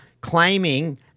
claiming